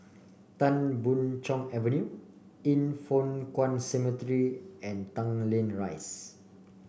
Tan Boon Chong Avenue Yin Foh Kuan Cemetery and Tanglin Rise